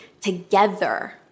together